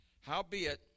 Howbeit